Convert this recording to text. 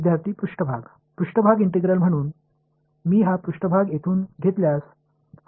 மாணவர்சா்பேஸ் surface integral எனவே நான் இந்த மேற்பரப்பை இங்கேயே எடுத்துக் கொண்டால்